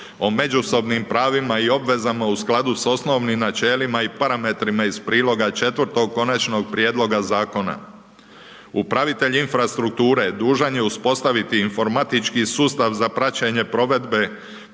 o međusobnim pravima i obvezama u skladu s osnovnim načelima i parametrima iz priloga 4. konačnog prijedloga zakona. Upravitelj infrastrukture, dužan je uspostaviti informatički sustav za praćenje provedbe